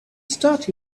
start